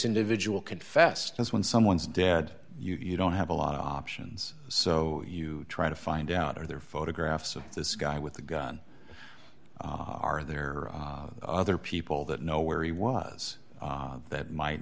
individual confessed when someone's dead you don't have a lot of options so you try to find out are there photographs of this guy with the gun are there other people that know where he was that might